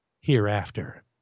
hereafter